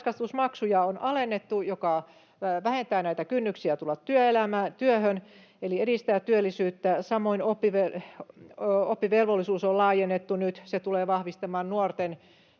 Varhaiskasvatusmaksuja on alennettu, mikä vähentää kynnyksiä tulla työelämään, työhön, eli edistää työllisyyttä. Samoin oppivelvollisuus on nyt laajennettu, se tulee vahvistamaan nuorten